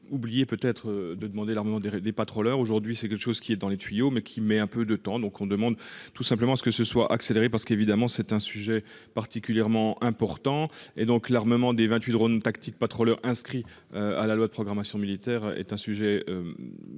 oublié peut être de demander l'armement des des pas trop leur aujourd'hui c'est quelque chose qui est dans les tuyaux mais qui met un peu de temps donc on demande tout simplement ce que ce soit accéléré parce qu'évidemment c'est un sujet particulièrement important et donc l'armement des 28 drone tactiques pas trop leur inscrit à la loi de programmation militaire est un sujet.